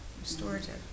restorative